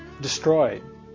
destroyed